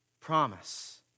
promise